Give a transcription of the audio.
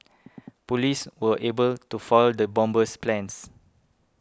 police were able to foil the bomber's plans